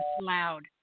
loud